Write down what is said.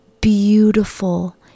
beautiful